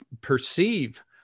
perceive